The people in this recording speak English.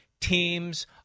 teams